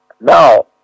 Now